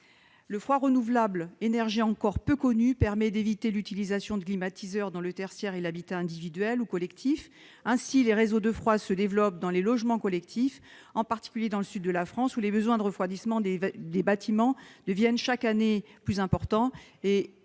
Le froid renouvelable, énergie encore peu connue, permet d'éviter l'utilisation de climatiseurs dans le tertiaire et l'habitat individuel ou collectif. Ainsi, les réseaux de froid se développent dans les logements collectifs, en particulier dans le sud de la France, où les besoins de refroidissement des bâtiments deviennent chaque année plus importants,